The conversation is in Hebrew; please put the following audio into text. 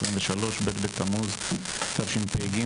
ב' בתמוז התשפ"ג,